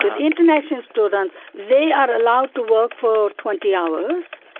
the international students, they are allowed to work for twenty hours,